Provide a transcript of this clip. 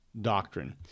doctrine